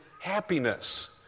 happiness